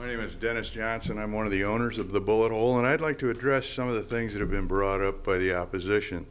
my name is dennis johnson i'm one of the owners of the bowl and i'd like to address some of the things that have been brought up by the opposition